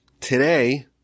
today